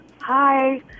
hi